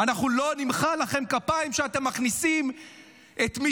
אנחנו לא נמחא לכם כפיים על שאתם מכניסים את מי